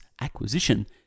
acquisition